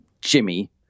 Jimmy